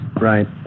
Right